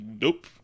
Nope